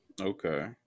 okay